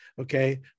okay